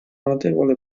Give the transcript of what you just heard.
notevole